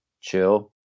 chill